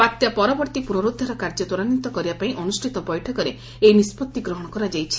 ବାତ୍ୟା ପରବର୍ତ୍ତୀ ପୁନରୁଦ୍ଧାର କାର୍ଯ୍ୟ ତ୍ୱରାନ୍ୱିତ କରିବା ପାଇଁ ଅନୁଷିତ ବୈଠକରେ ଏହି ନିଷ୍ବଭି ଗ୍ରହଶ କରାଯାଇଛି